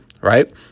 right